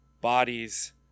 Bodies